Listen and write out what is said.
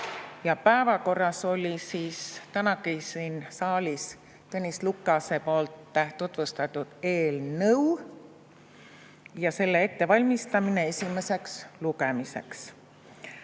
päevakorras oli tänagi siin saalis Tõnis Lukase poolt tutvustatud eelnõu ja selle ettevalmistamine esimeseks lugemiseks. Ma